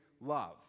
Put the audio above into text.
love